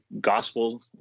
gospel